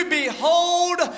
behold